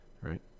Right